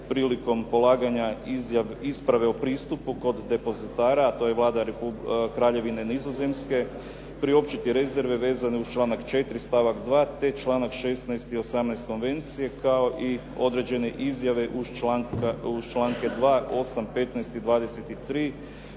prilikom polaganja isprave o pristupu kod depozitara, to je Vlada Kraljevine Nizozemske priopćiti rezerve vezane uz članak 4. stavak 2. te članak 16. 18. konvencije kao i određene izjave uz članke 2., 8., 15. i 23.